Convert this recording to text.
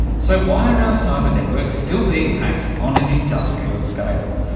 so why are our cyber-networks still being hacked on an industrial scale?